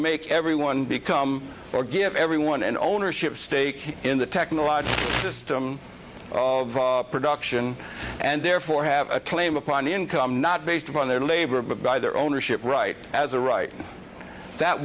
make everyone become or give everyone an ownership stake in the technological system of production and therefore have a claim upon income not based upon their labor but by their ownership right as a right that